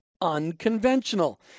unconventional